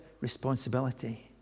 responsibility